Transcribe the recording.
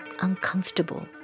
uncomfortable